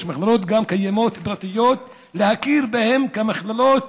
יש גם מכללות קיימות פרטיות, להכיר בהן כמכללות